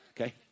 okay